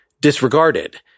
disregarded